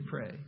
pray